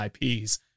IPs